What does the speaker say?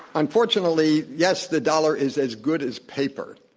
unfortunately, yes, the dollar is as good as paper,